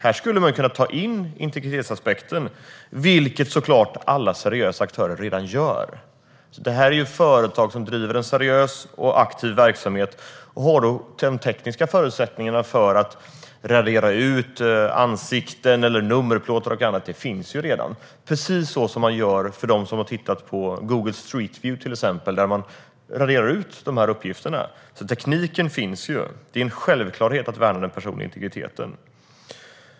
Här skulle man kunna ta in integritetsaspekten, vilket såklart alla seriösa aktörer redan gör. Detta är företag som driver en seriös och aktiv verksamhet. De har de tekniska förutsättningarna för att radera ansikten, nummerplåtar och annat. Det finns redan. Det är precis så man gör. Det vet de som till exempel tittat på Google Street View där man raderar de uppgifterna. Tekniken finns. Det är en självklarhet att värna den personliga integriteten.